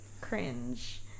cringe